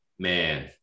Man